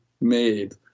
made